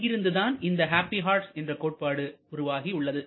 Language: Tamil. இங்கிருந்துதான் இந்த ஹாப்பி ஹார்ஸ் என்ற கோட்பாடு உருவாகி உள்ளது